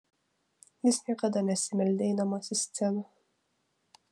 jis niekada nesimeldė eidamas į sceną